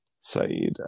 Saeed